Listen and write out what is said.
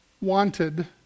wanted